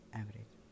average